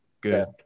good